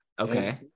Okay